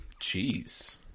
Jeez